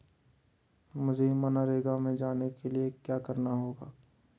मुझे मनरेगा में जाने के लिए क्या करना होगा?